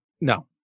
No